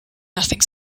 nothing